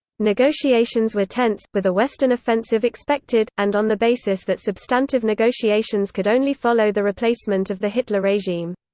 negotiations were tense, with a western offensive expected, and on the basis that substantive negotiations could only follow the replacement of the hitler regime.